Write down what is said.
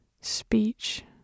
speech